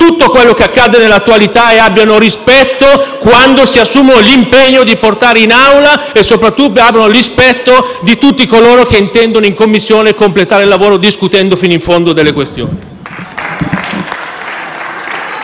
tutto quello che accade nell'attualità, ed abbiano rispetto quando si assumono l'impegno di portare un provvedimento in Aula e, soprattutto, abbiano rispetto di tutti coloro che in Commissione intendono completare il lavoro discutendo fino in fondo delle questioni.